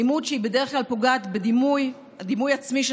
אלימות שהיא בדרך כלל פוגעת בדימוי העצמי של